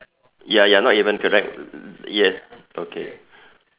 ya ya not even correct uh yes okay